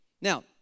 Now